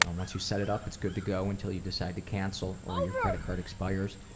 and once you set it up it's good to go until you decide to cancel or your credit card expires.